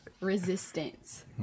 resistance